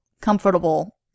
comfortable